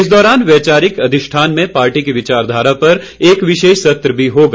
इस दौरान वैचारिक अधिष्ठान में पार्टी की विचारधारा पर एक विशेष सत्र भी होगा